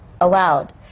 allowed